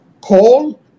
coal